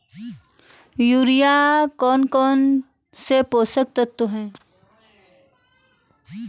Urea में कौन कौन से पोषक तत्व है?